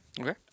Okay